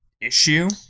issue